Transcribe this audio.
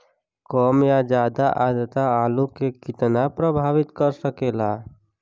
कम या ज्यादा आद्रता आलू के कितना प्रभावित कर सकेला?